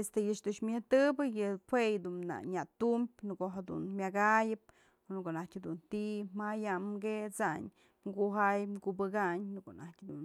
Este yë ëch dun myëyajtëbë, jue yëdun nya tumbyë në ko'o jedun myak jayëp, në ko'o naj dun ti'i jayanyë ket'sayn, kujayëp kubëkayn në ko'o najtyë dun